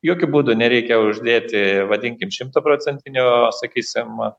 jokiu būdu nereikia uždėti vadinkim šimtaprocentinio sakysim